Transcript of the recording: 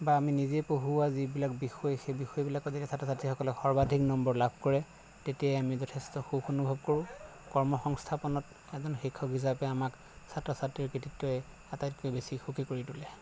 বা আমি নিজে পঢ়োৱা যিবিলাক বিষয় সেই বিষয়বিলাকত যেতিয়া ছাত্ৰ ছাত্ৰীসকলে সৰ্বাধিক নম্বৰ লাভ কৰে তেতিয়াই আমি যথেষ্ট সুখ অনুভৱ কৰোঁ কৰ্মসংস্থাপনত এজন শিক্ষক হিচাপে আমাক ছাত্ৰ ছাত্ৰীৰ কৃতিত্বই আটাইতকৈ বেছি সুখী কৰি তোলে